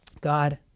God